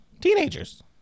Teenagers